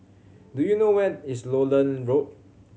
do you know where is Lowland Road